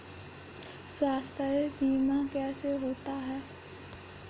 स्वास्थ्य बीमा कैसे होता है?